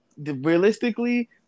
Realistically